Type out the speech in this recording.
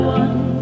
one